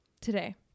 Today